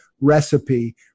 recipe